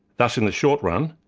thus in the short run,